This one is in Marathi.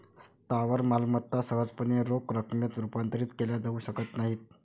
स्थावर मालमत्ता सहजपणे रोख रकमेत रूपांतरित केल्या जाऊ शकत नाहीत